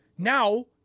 Now